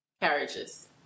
Carriages